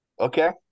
Okay